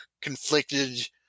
conflicted